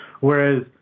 whereas